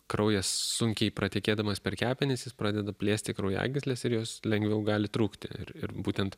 kraujas sunkiai pratekėdamas per kepenis jis pradeda plėsti kraujagysles ir jos lengviau gali trūkti ir ir būtent